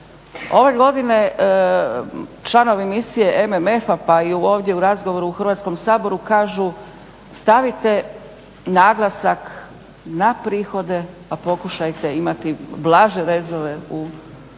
Ove godine članovi misije MMF-a pa i ovdje u razgovoru u Hrvatskom saboru kažu stavite naglasak na prihode a pokušajte imati blaže rezove u rashodovnoj